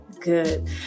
Good